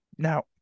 now